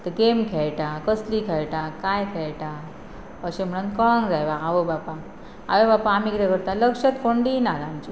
game खेळटा कसली खेळटा कांय खेळटा अशें म्हणून कळोंक जाय आवय बापा आवय बापायक आमी कितें करता लक्षांच कोण नात आमची